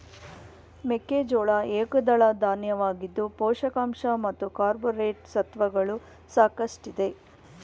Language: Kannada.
ಮೆಕ್ಕೆಜೋಳ ಏಕದಳ ಧಾನ್ಯವಾಗಿದ್ದು ಪೋಷಕಾಂಶ ಮತ್ತು ಕಾರ್ಪೋರೇಟ್ ಸತ್ವಗಳು ಸಾಕಷ್ಟಿದೆ